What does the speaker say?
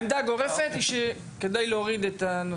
אני מאפשר למשרדים להביע את העמדה שלהם.